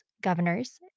governors